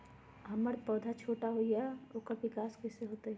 हमर पौधा छोटा छोटा होईया ओकर विकास कईसे होतई?